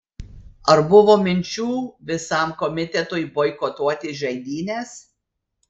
ar buvo minčių visam komitetui boikotuoti žaidynes